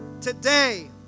today